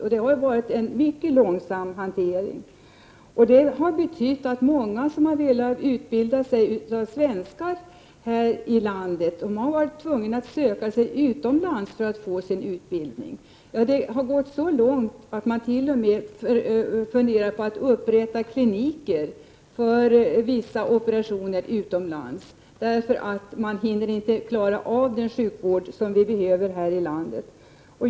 Hanteringen har varit mycket långsam. Många svenskar som har velat utbilda sig här i landet har varit tvungna att söka sig utomlands för att få sin utbildning. Det har gått så långt att det t.o.m. finns planer på att upprätta kliniker utomlands för vissa operationer, därför att man i detta land inte hinner med den sjukvård som behövs .